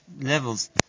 levels